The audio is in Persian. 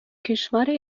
کشور